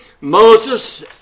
Moses